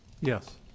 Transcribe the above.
Yes